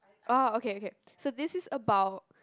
orh okay okay so this is about